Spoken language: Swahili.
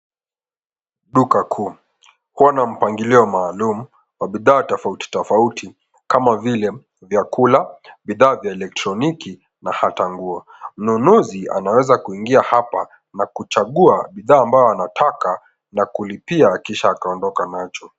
Duka kuu, huwa na mpangilio maalumu wa bidhaa tofauti tofauti, kama vile vyakula, bidhaa vya elektroniki na hata nguo. Mnunuzi anaweza kuingia hapa na kuchagua bidhaa ambayo anataka na kulipia kisha akaondoka nacho.